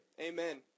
Amen